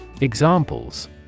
Examples